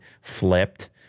flipped